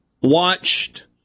watched